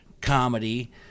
comedy